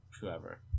whoever